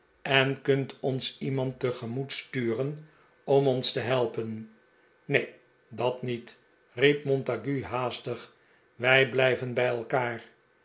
en kunt ons iemand tegemoet sturen om ons te helpen neen dat niet riep montague haastig wij blijven bij elkaar